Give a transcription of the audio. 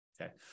Okay